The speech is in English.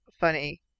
funny